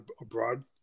abroad